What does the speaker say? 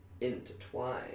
intertwined